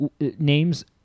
names